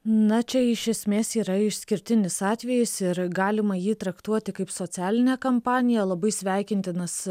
na čia iš esmės yra išskirtinis atvejis ir galima jį traktuoti kaip socialinę kampaniją labai sveikintinas